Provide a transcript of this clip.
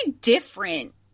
different